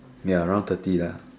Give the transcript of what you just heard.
ya around thirty lah